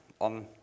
on